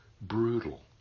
brutal